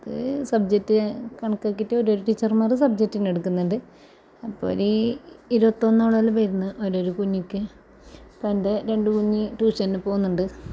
ഇത് സബ്ജെക്റ്റ് കണക്കാക്കിയിട്ട് ഓരോരോ ടീച്ചർമാർ സബ്ജെക്റ്റിന് എടുക്കുന്നുണ്ട് അപ്പോൾ ഒരു ഇരുപത്തൊന്നോളം എല്ലാം വരുന്നുണ്ട് ഓരോരോ കുഞ്ഞിക്ക് അപ്പം എൻ്റെ രണ്ട് കുഞ്ഞ് ട്യൂഷന് പോകുന്നുണ്ട്